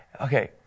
Okay